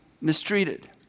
mistreated